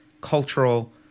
cultural